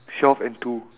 self enthu